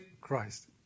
Christ